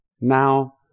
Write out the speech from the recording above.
Now